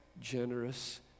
generous